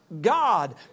God